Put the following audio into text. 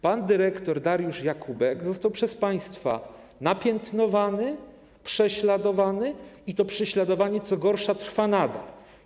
Pan dyrektor Dariusz Jakóbek został przez państwa napiętnowany, był prześladowany i to prześladowanie, co gorsza, trwa nadal.